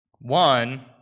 One